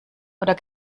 oder